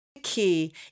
key